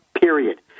period